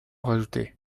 rajouter